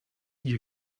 ihr